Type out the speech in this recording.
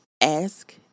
ASK